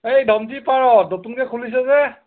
এই ধনশিৰি পাৰত নতুনকৈ খুলিছে যে